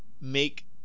make